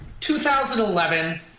2011